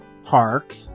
Park